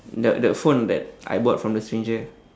the the phone that I bought from the stranger